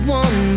one